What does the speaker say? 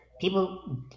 people